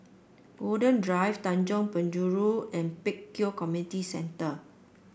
Golden Drive Tanjong Penjuru and Pek Kio Community Centre